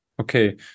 Okay